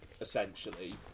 essentially